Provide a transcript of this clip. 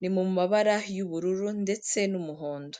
ni mu mabara y'ubururu ndetse n'umuhondo.